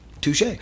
Touche